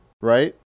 right